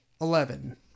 Eleven